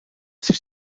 sich